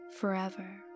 forever